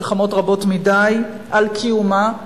מלחמות רבות מדי על קיומה,